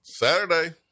Saturday